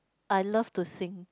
I love to sing